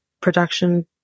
production